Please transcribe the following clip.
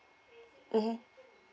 mmhmm